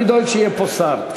אני דואג שיהיה פה שר.